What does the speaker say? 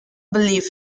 believe